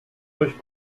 euch